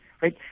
right